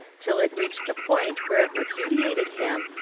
till it reached the point where it repudi ated him,